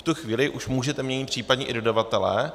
V tu chvíli už můžete měnit případně i dodavatele.